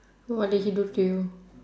what did he do to you